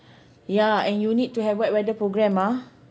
yeah and you need to have wet weather programme ah